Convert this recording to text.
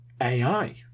AI